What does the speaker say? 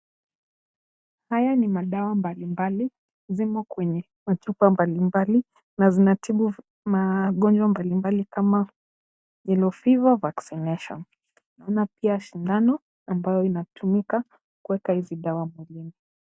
Haya ni madawa mbali mbali zimo kwenye machupa mbali mbali, na zinatibu magonjwa mbali mbali kama yellow fever vaccination . Kuna pia sindano ambayo inatumika kuweka hizi dawa mwilini.